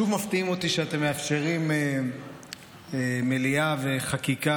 אז אתם שוב מפתיעים אותי שאתם מאפשרים מליאה וחקיקה